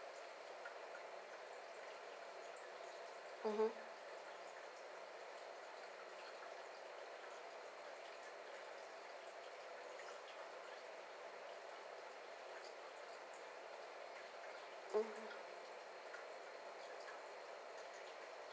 mmhmm